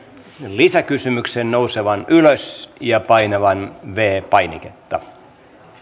lisäkysymyksen nousemaan ylös ja painamaan viides painiketta